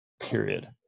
period